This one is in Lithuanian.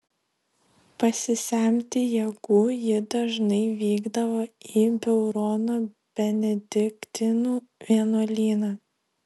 pasisemti jėgų ji dažnai vykdavo į beurono benediktinų vienuolyną